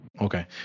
okay